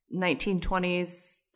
1920s